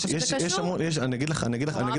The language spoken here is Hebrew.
אני חושבת שזה קשור,